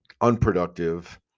unproductive